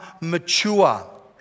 mature